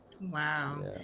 Wow